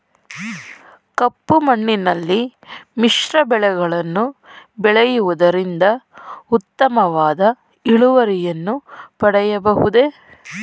ಕಪ್ಪು ಮಣ್ಣಿನಲ್ಲಿ ಮಿಶ್ರ ಬೆಳೆಗಳನ್ನು ಬೆಳೆಯುವುದರಿಂದ ಉತ್ತಮವಾದ ಇಳುವರಿಯನ್ನು ಪಡೆಯಬಹುದೇ?